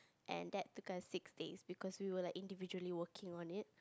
and that took us six days because we were like individually working on it